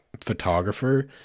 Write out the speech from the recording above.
photographer